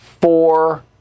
four